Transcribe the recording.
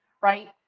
right